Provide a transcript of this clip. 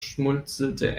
schmunzelte